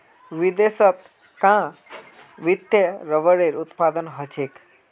विदेशत कां वत्ते रबरेर उत्पादन ह छेक